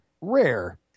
rare